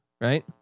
right